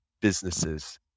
businesses